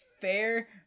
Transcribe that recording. fair